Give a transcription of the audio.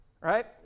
right